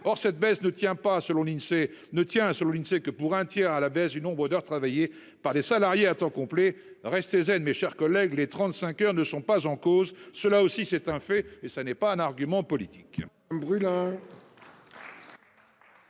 selon l'Insee ne tient selon l'Insee, que pour un tiers à la baisse du nombre d'heures travaillées par les salariés à temps complet, restez zen, mes chers collègues. Les 35 heures ne sont pas en cause. Cela aussi c'est un fait et ça n'est pas un argument politique